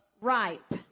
ripe